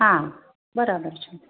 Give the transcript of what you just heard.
હા બરાબર છે